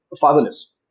fatherless